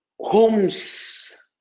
homes